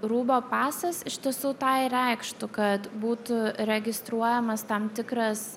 rūbo pasas iš tiesų tą ir reikštų kad būtų registruojamas tam tikras